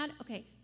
Okay